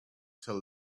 till